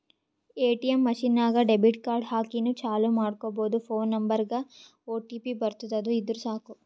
ATM machine ನಾಗ್ debit card ಹಾಕಿನೂ ಚಾಲೂ ಮಾಡ್ಕೊಬೋದು ಫೋನ್ ನಂಬರ್ಗ್ ಒಟಿಪಿ ಬರ್ತುದ್ ಅದು ಇದ್ದುರ್ ಸಾಕು